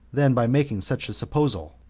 than by making such a supposal.